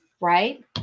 right